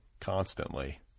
constantly